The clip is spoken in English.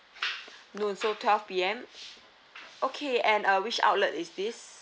noon so twelve P_M okay and uh which outlet is this